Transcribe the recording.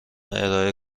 ارائه